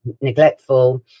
neglectful